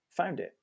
Foundit